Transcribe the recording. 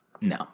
No